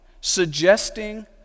suggesting